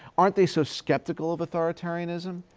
aren't they so skeptical of authoritarianism?